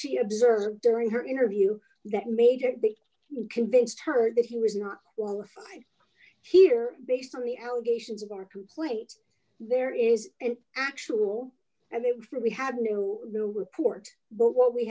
she observed during her interview that major be convinced her that he was not qualified here based on the allegations of our complaints there is an actual and they are we have new report but what we